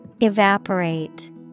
Evaporate